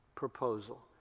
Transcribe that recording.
proposal